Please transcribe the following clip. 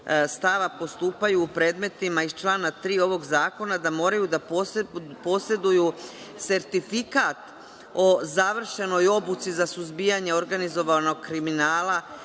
postupaju u predmetima iz člana 3. ovog zakona, da moraju da poseduju sertifikat o završenoj obuci za suzbijanje organizovanog kriminala,